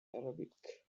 arabic